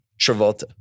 Travolta